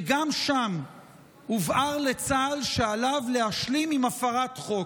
וגם שם הובהר לצה"ל שעליו להשלים עם הפרת חוק,